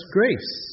grace